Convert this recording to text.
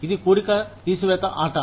ఇది కూడిక తీసివేత ఆట